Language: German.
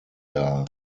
dar